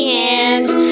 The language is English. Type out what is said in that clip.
hands